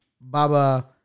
Baba